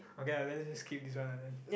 okay lah let's just keep this one lah then